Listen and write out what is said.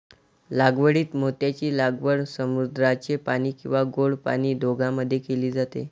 लागवडीत मोत्यांची लागवड समुद्राचे पाणी किंवा गोड पाणी दोघांमध्ये केली जाते